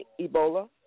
Ebola